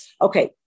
Okay